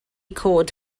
cod